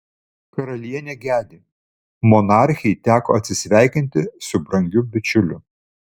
karalienė gedi monarchei teko atsisveikinti su brangiu bičiuliu